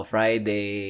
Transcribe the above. Friday